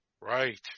Right